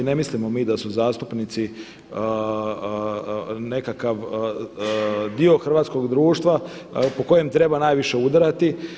Ne mislimo mi da su zastupnici nekakav dio hrvatskog društva po kojem treba najviše udarati.